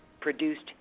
produced